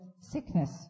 sickness